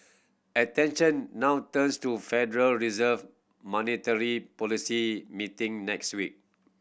attention now turns to Federal Reserve monetary policy meeting next week